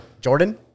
Jordan